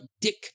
dick